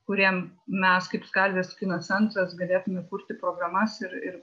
kuriem mes kaip skalvijos kino centras galėtume kurti programas ir ir